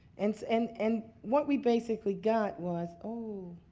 and so and and what we basically got was oh,